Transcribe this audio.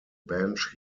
bench